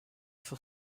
for